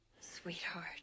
Sweetheart